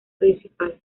principal